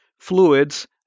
fluids